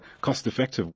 cost-effective